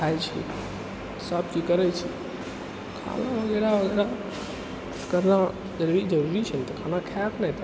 खाइ छी सभचीज करै छी खाना वगैरह वगैरह करना जरूर जरूरी छै तऽ खायब नहि तऽ